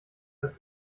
das